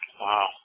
Wow